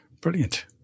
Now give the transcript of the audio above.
brilliant